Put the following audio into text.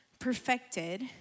perfected